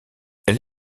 elle